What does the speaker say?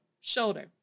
Shoulder